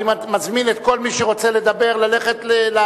אני מזמין את כל מי שרוצה לדבר ללכת לאכסדרה,